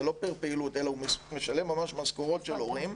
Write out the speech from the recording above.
זה לא פר פעילות, אלא הוא משלם משכורות של מורים,